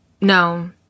no